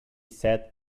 said